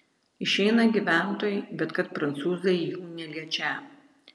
išeina gyventojai bet kad prancūzai jų neliečią